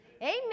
Amen